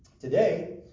today